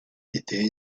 étaient